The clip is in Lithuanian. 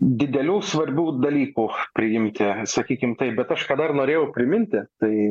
didelių svarbių dalykų priimti sakykim taip bet aš ką dar norėjau priminti tai